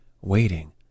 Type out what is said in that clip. waiting